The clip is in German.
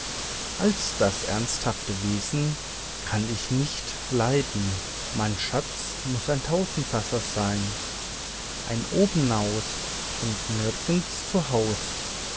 all das ernsthafte wesen kann ich nicht leiden mein schätz muß ein tausendsasa sein ein obenaus und nirgend zu haus